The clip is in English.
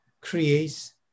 creates